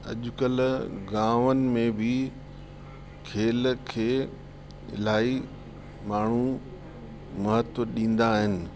अॼुकल्ह गांवनि में बि खेल खे इलाही माण्हू महत्व ॾींदा आहिनि